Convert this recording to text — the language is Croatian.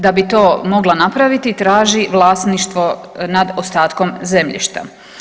Da bi to mogla napraviti, traži vlasništvo nad ostatkom zemljišta.